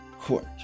court